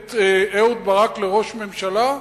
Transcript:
את אהוד ברק לראש הממשלה?